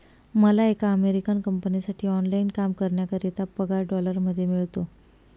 मला एका अमेरिकन कंपनीसाठी ऑनलाइन काम करण्याकरिता पगार डॉलर मध्ये मिळतो